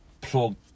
plug